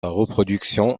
reproduction